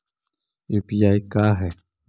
UPI का है?